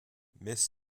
miss